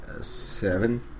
Seven